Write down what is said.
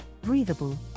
breathable